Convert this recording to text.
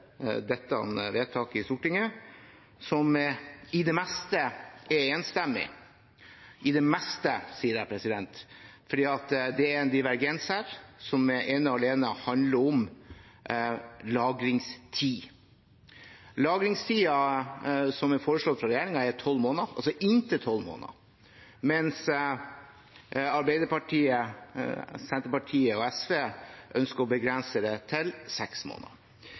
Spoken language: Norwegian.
dette vedtaket i Stortinget, som i det meste er enstemmig – «i det meste», sier jeg, fordi det er en divergens her, som ene og alene handler om lagringstid. Lagringstiden som er foreslått av regjeringen, er tolv måneder – altså inntil tolv måneder – mens Arbeiderpartiet, Senterpartiet og SV ønsker å begrense det til seks måneder.